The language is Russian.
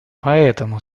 поэтому